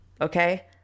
okay